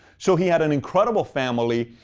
so he had an incredible family.